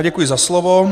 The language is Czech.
Děkuji za slovo.